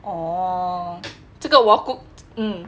oh 这个我